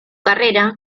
carrera